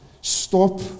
stop